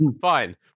fine